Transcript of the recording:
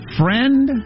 friend